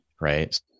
right